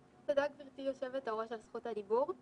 תודה, גברתי יושבת הראש, על זכות הדיבור.